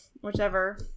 whichever